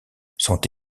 sont